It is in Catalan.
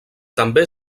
també